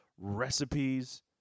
recipes